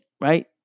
right